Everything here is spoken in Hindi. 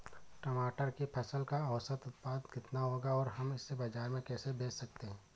टमाटर की फसल का औसत उत्पादन कितना होगा और हम इसे बाजार में कैसे बेच सकते हैं?